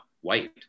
white